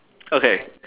okay